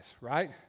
right